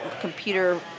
computer